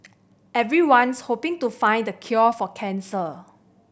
everyone's hoping to find the cure for cancer